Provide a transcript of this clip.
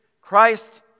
Christ